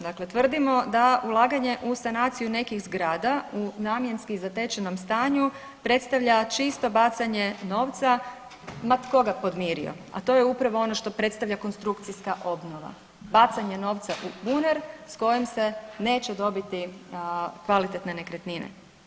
Dakle, tvrdimo da ulaganje u sanaciju nekih zgrada u namjenski zatečenom stanju predstavlja čisto bacanje novca ma tko ga podmirio, a to je upravo ono što predstavlja konstrukcijska obnova, bacanje novca u …/nerazumljivo/… s kojim se neće dobiti kvalitetne nekretnine.